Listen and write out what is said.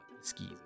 skis